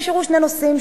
נשארו שני נושאים,